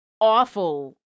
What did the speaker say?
awful